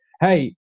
hey